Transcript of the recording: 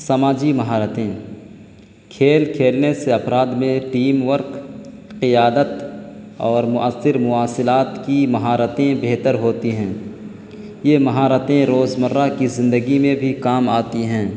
سماجی مہارتیں کھیل کھیلنے سے افراد میں ٹیم ورک قیادت اور مؤثر مواصلات کی مہارتیں بہتر ہوتی ہیں یہ مہارتیں روزمرہ کی زندگی میں بھی کام آتی ہیں